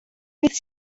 beth